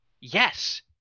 yes